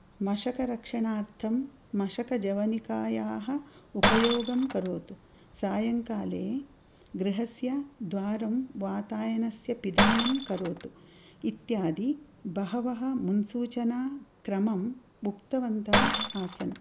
मशकरक्षणार्थं मशकजवनिकायाः उपयोगं करोतु सायङ्काले गृहस्य द्वारं वातायनस्य पिदानं करोतु इत्यादि बहवः मुन्सूचनाक्रमम् उक्तवन्तः आसन्